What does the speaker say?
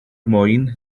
mwyn